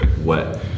wet